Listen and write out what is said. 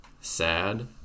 sad